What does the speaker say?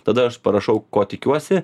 tada aš parašau ko tikiuosi